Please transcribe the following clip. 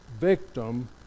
victim